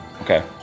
Okay